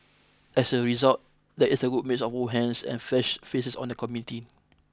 as a result there is a good mix of old hands and fresh faces on the committee